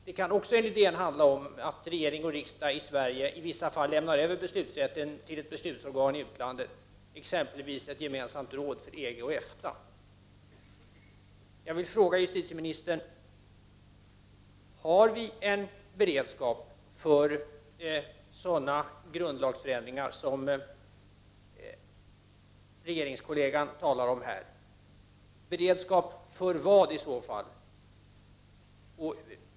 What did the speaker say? Det kan enligt DN också handla om att regering och riksdag i Sverige i vissa fall lämnar över beslutsrätten till ett beslutsorgan i utlandet, exempelvis ett gemensamt råd för EG och EFTA. Jag vill fråga jusititeministern: Har vi en beredskap för sådana grundlagsförändringar som regeringskollegan talar om här? Beredskap för vad i så fall?